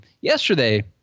yesterday